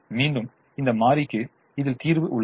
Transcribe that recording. மீண்டும் இந்த மாறிக்கு இதில் தீர்வு உள்ளது